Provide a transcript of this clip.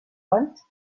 anys